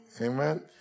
Amen